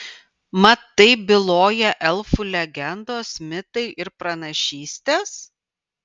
mat taip byloja elfų legendos mitai ir pranašystės